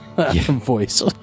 voice